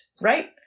right